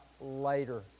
later